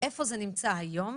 איפה זה נמצא היום.